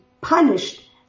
punished